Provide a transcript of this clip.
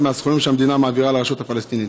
מהסכומים שהמדינה מעבירה לרשות הפלסטינית.